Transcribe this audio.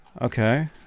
Okay